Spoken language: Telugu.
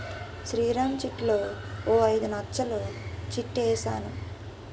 శ్రీరామ్ చిట్లో ఓ ఐదు నచ్చలు చిట్ ఏసాను